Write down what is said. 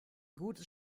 gutes